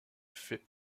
fait